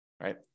right